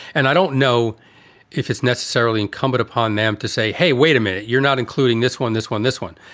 and i don't know if it's necessarily incumbent upon them to say, hey, wait a minute, you're not including this one, this one, this one.